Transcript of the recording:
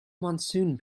monsoon